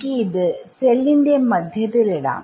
എനിക്ക് ഇത് സെല്ലിന്റെ മധ്യത്തിലും ഇടാം